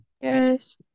Yes